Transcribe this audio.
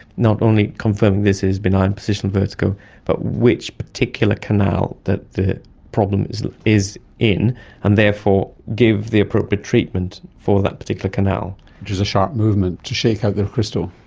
not only confirming this is benign positional vertigo but which particular canal that the problem is is in and therefore give the appropriate treatment for that particular canal. which is a sharp movement to shake out the crystal.